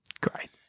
Great